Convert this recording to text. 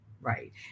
Right